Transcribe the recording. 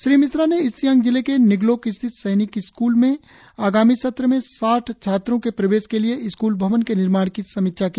श्री मिश्रा ने ईस्ट सियांग जिले के निगलोक स्थित सैनिक स्कूल में आगामी सत्र में साठ छात्रों के प्रवेश के लिए स्कूल भवन के निर्माण की समीक्षा की